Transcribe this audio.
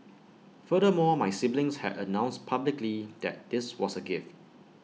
furthermore my siblings had announced publicly that this was A gift